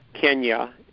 Kenya